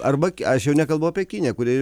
arba aš jau nekalbu apie kiniją kuri